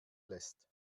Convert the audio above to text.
lässt